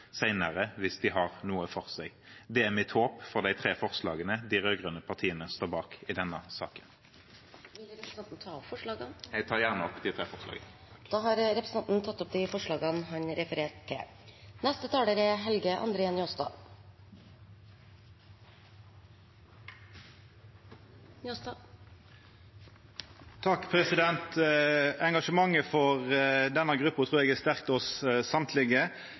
senere, hvis de har noe for seg. Det er mitt håp for de tre forslagene de rød-grønne partiene står bak i denne saken. Jeg tar opp de tre forslagene. Representanten Eigil Knutsen har tatt opp de forslagene han refererte til. Engasjementet for denne gruppa trur eg er sterkt hos alle. Eg synest at noko av det gøyaste med å